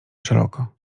szeroko